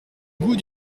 goût